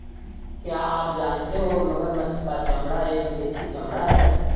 क्या आप जानते हो मगरमच्छ का चमड़ा एक विदेशी चमड़ा है